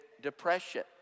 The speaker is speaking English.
depression